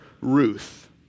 Ruth